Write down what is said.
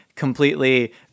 completely